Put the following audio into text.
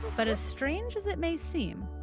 but as strange as it may seem,